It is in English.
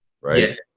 right